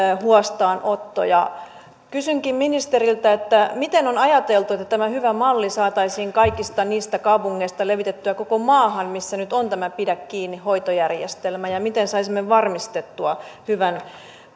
huostaanottoja kysynkin ministeriltä miten on ajateltu että tämä hyvä malli saataisiin kaikista niistä kaupungeista levitettyä koko maahan missä nyt on tämä pidä kiinni hoitojärjestelmä ja miten saisimme varmistettua hyvän